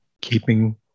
Keeping